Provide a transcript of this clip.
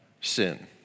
sin